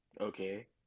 Okay